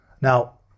Now